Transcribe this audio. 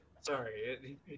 Sorry